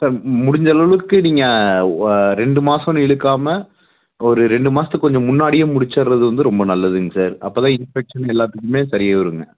sir முடிஞ்சளவு அளவுக்கு நீங்கள் ஓ ரெண்டு மாசன்னு இழுக்காம ஒரு ரெண்டு மாதத்துக்கு கொஞ்சம் முன்னாடியே முடிச்சுட்றது வந்து ரொம்ப நல்லதுங்க சார் அப்போ தான் இன்ஸ்பெக்ஷன் எல்லாத்துக்குமே சரியாக வருங்க